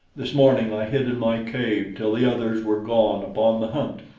this morning i hid in my cave till the others were gone upon the hunt,